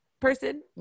person